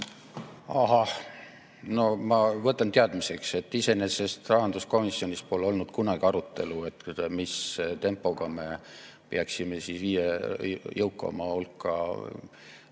Ahah, no ma võtan teadmiseks. Iseenesest rahanduskomisjonis pole olnud kunagi arutelu, mis tempoga me peaksime viie jõukaima hulka